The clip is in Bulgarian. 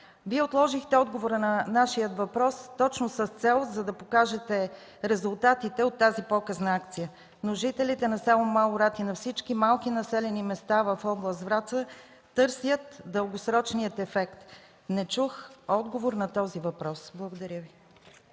Вие отложихте отговора на нашия въпрос точно с цел да покажете резултатите от тази показна акция, но жителите на село Малорад и на всички малки населени места в област Враца търсят дългосрочния ефект. Не чух отговор на този въпрос. Благодаря Ви.